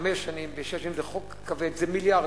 בחמש שנים, בשש שנים, זה חוק כבד, זה מיליארדים,